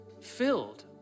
filled